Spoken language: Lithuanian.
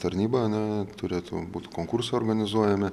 tarnybą ane turėtų būt konkursai organizuojami